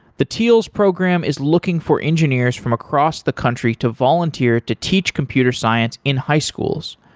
the teals program is looking for engineers from across the country to volunteer to teach computer science in high schools.